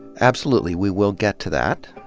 absolutely, we will get to that.